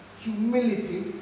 humility